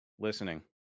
listening